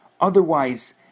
Otherwise